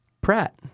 Pratt